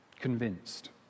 convinced